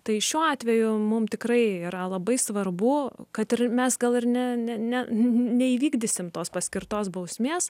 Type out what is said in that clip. tai šiuo atveju mum tikrai yra labai svarbu kad ir mes gal ir ne ne ne neįvykdysim tos paskirtos bausmės